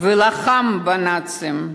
ולחם בנאצים.